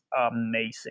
amazing